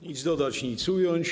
Nic dodać, nic ująć.